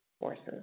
forces